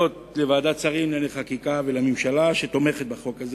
ולוועדת שרים לענייני חקיקה, שתומכות בהצעת החוק.